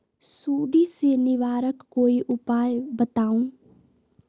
सुडी से निवारक कोई उपाय बताऊँ?